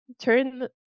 turn